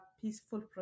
peaceful